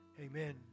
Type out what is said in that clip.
amen